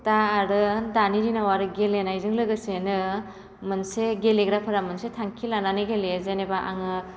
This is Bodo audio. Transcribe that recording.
दा आरो दानि दिनाव आरो गेलेनायजों लोगोसेनो मोनसे गेलेग्राफोरा मोनसे थांखि लानानै गेलेयो जेनेबा आङो